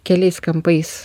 keliais kampais